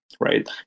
right